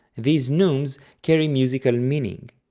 these neumes carry musical meaning.